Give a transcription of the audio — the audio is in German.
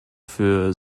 für